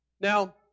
Now